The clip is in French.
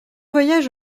voyage